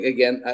Again